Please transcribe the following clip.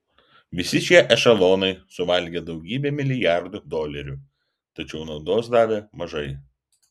visi šie ešelonai suvalgė daugybę milijardų dolerių tačiau naudos davė mažai